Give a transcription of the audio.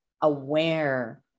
aware